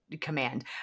command